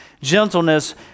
gentleness